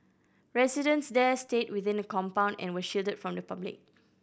residents there stayed within the compound and were shielded from the public